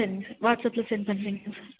சரிங்க சார் வாட்ஸ்அப்ல சென்ட் பண்ணுறேங்க சார்